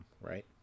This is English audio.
right